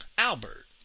Albert